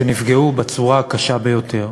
שנפגעו בצורה הקשה ביותר.